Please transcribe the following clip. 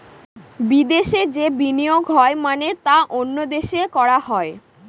বিদেশে যে বিনিয়োগ হয় মানে তা অন্য দেশে করা হয়